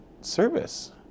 service